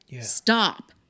Stop